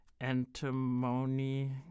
antimony